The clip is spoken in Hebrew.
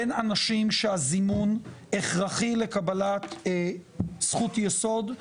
בין אנשים שהזימון הכרחי לקבלת זכות יסוד,